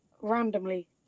randomly